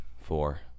Four